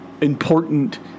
Important